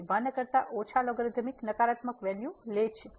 તેથી 1 કરતા ઓછા લોગરીધમિક નકારાત્મક વેલ્યૂ લે છે